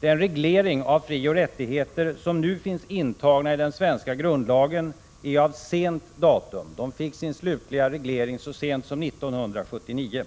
Den reglering av frioch rättigheterna som nu finns intagen i grundlagen är av ganska sent datum. Regleringen fick sin slutliga formulering 1979.